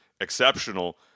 exceptional